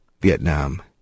Vietnam